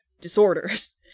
disorders